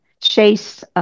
Chase